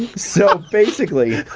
so basically,